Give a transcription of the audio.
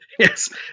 Yes